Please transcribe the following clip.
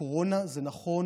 הקורונה, זה נכון